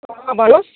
अँ भन्नुहोस्